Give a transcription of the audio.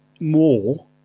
more